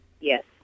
Yes